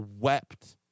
wept